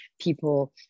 people